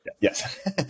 Yes